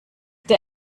der